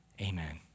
Amen